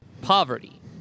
poverty